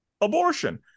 abortion